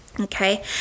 Okay